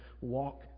walk